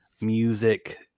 music